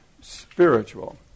spiritual